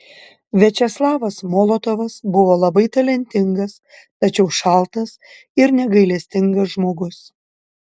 viačeslavas molotovas buvo labai talentingas tačiau šaltas ir negailestingas žmogus